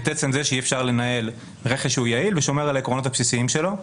את עצם זה שאי אפשר לנהל רכש שהוא יעיל ושומר על העקרונות הבסיסיים שלו,